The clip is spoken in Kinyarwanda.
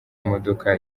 imodoka